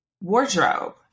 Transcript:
wardrobe